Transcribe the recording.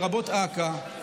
לרבות אכ"א,